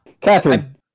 Catherine